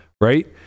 right